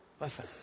Listen